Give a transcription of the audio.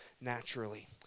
naturally